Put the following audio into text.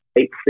eight